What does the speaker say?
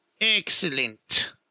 Excellent